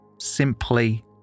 simply